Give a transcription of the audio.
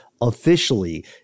officially